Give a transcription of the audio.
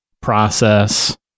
process